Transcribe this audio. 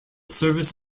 service